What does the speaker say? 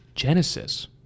Genesis